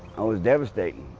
i was devastated.